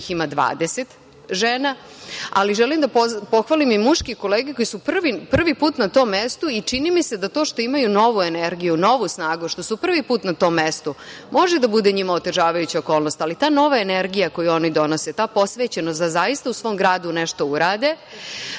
ima 20 žena, ali želim da pohvalim i muške kolege koji su prvi put na tom mestu i čini mi se da to što imaju novu energiju, novu snagu, što su prvi put na tom mestu može da bude njima otežavajuća okolnost, ali ta nova energija koju oni donose, ta posvećenost da zaista u svom gradu nešto urade,